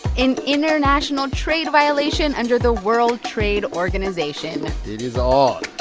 an international trade violation under the world trade organization it is on